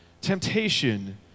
Temptation